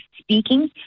speaking